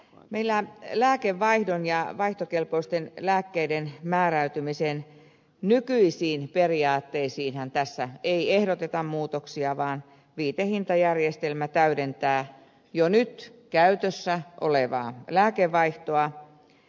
meillä lääkevaihdon ja vaihtokelpoisten lääkkeiden määräytymisen nykyisiin periaatteisiinhan tässä ei ehdoteta muutoksia vaan viitehintajärjestelmä täydentää jo nyt käytössä olevaa lääkevaihtoa